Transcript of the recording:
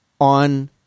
on